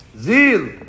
Zil